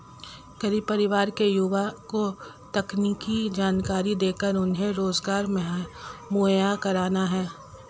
गरीब परिवार के युवा को तकनीकी जानकरी देकर उन्हें रोजगार मुहैया कराना है